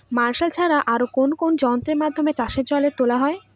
Martial ছাড়া আর কোন কোন যন্ত্রেরর মাধ্যমে চাষের জল তোলা হয়?